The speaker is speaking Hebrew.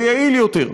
זה יעיל יותר,